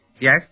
Yes